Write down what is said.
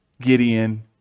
Gideon